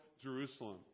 Jerusalem